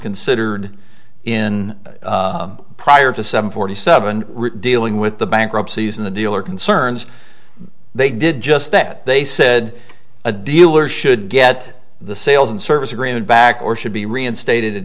considered in prior to seven forty seven dealing with the bankruptcies in the deal or concerns they did just that they said a dealer should get the sales and service agreement back or should be reinstated